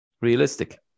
realistic